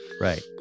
Right